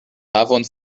havon